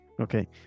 Okay